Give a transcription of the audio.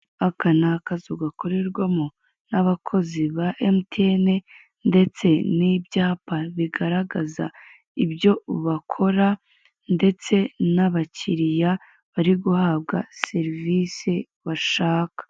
Aka n'akazu gakorerwamo n'abakozi ba MTN, ndetse n'ibyapa bigaragaza ibyo bakora, ndetse n'abakiriya bari guhabwa serivisi bashaka.